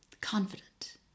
confident